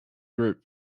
group